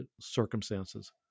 circumstances